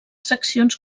seccions